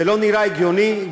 זה לא נראה הגיוני.